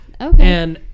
okay